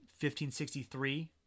1563